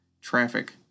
traffic